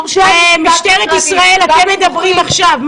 משטרת ישראל, אתם מדברים עכשיו.